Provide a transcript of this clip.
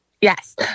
yes